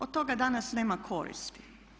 Od toga danas nema koristi.